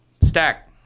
Stack